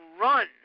run